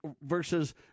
versus